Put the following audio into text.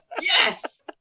Yes